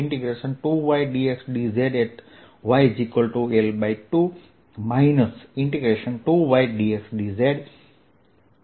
ds Y દિશા માટે A